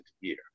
year